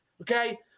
Okay